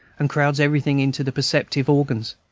and crowds everything into the perceptive organs.